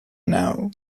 now